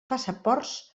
passaports